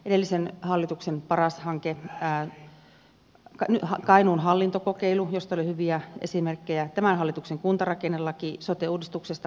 edellisen hallituksen paras hanke kainuun hallintokokeilu josta oli hyviä esimerkkejä tämän hallituksen kuntarakennelaki sote uudistuksesta puhumattakaan